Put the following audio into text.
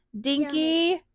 dinky